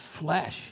flesh